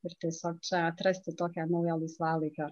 ir tiesiog čia atrasti tokią naują laisvalaikio